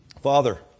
Father